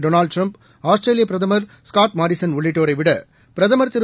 Donald Trump ஆஸ்திரேலியபிரதமர்ஸ்காட்மாரிசன்உள்ளிட்டோரைவிடபிரதமர்திரு